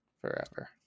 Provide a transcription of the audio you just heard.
forever